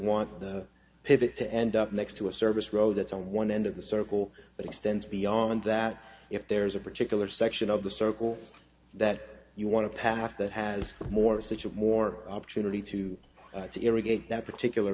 want the pivot to end up next to a service road that's on one end of the circle but extends beyond that if there's a particular section of the circle that you want to pass that has more such a more opportunity to irrigate that particular